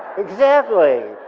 exactly!